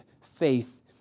faith